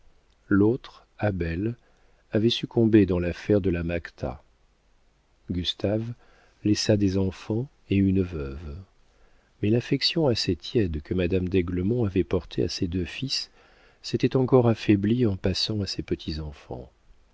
l'autre abel avait succombé dans l'affaire de la macta gustave laissa des enfants et une veuve mais l'affection assez tiède que madame d'aiglemont avait portée à ses deux fils s'était encore affaiblie en passant à ses